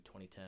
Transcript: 2010